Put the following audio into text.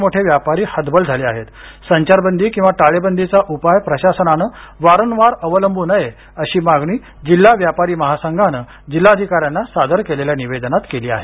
मोठे व्यापारी हतबल झाले आहेत संचारबंदी किंवा टाळेबंदीचा उपाय प्रशासनानं वारंवार अवलंब् नये अशी मागणी जिल्हा व्यापारी महासंघाने जिल्हाधिका यांना सादर केलेल्या निवेदनात केली आहे